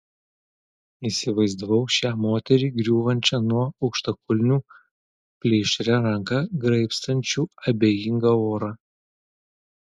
įsivaizdavau šią moterį griūvančią nuo aukštakulnių plėšria ranka graibstančią abejingą orą